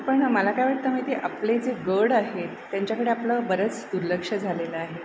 पण मला काय वाटतं माहिती आहे आपले जे गड आहेत त्यांच्याकडे आपलं बरंच दुर्लक्ष झालेलं आहे